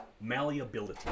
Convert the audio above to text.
Malleability